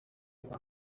shelf